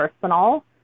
personal